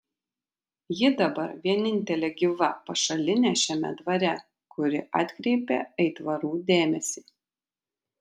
ji dabar vienintelė gyva pašalinė šiame dvare kuri atkreipė aitvarų dėmesį